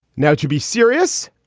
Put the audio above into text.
now, to be serious,